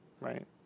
right